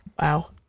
Wow